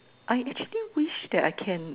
I actually wished that I can